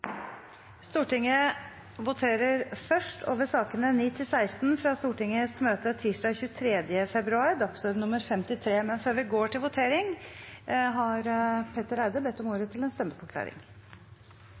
Stortinget voterer først over sakene nr. 9–16 fra Stortingets møte tirsdag 23. februar, dagsorden nr. 53, men før vi går til votering, har representanten Petter Eide bedt om